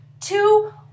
two